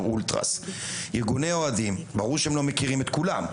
אולטראס ברור שהם לא מכירים את כולם,